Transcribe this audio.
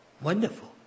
Wonderful